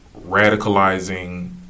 radicalizing